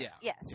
Yes